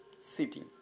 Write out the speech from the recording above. city